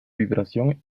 vibración